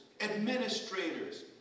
administrators